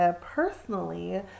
personally